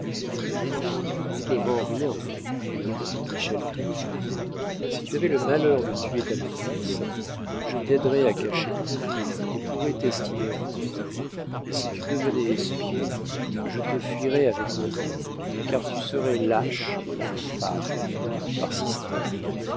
nous ne reculons devant rien répondit michel chrestien si tu avais le malheur de tuer ta maîtresse je t'aiderais à cacher ton crime et pourrais t'estimer encore mais si tu devenais espion je te fuirais avec horreur car tu serais lâche et infâme par